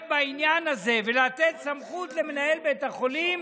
בעניין הזה ולתת סמכות למנהל בית החולים,